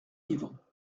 livre